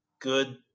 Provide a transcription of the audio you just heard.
good